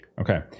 Okay